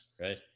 right